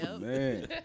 Man